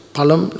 Palam